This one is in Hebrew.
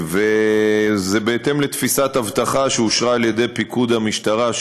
וזה בהתאם לתפיסת אבטחה שאושרה על ידי פיקוד המשטרה,